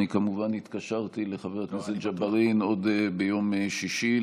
אני כמובן התקשרתי לחבר הכנסת ג'בארין עוד ביום שישי.